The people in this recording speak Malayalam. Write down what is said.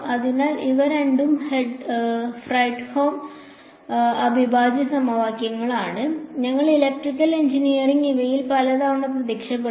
അതിനാൽ ഇവ രണ്ടും ഫ്രെഡ്ഹോം അവിഭാജ്യ സമവാക്യങ്ങളാണ് ഞങ്ങൾ ഇലക്ട്രിക്കൽ എഞ്ചിനീയറിംഗ് ഇവയിൽ പലതവണ പ്രത്യക്ഷപ്പെടുന്നു